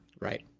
Right